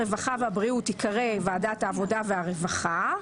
הרווחה והבריאות תיקרא ועדת העבודה והרווחה,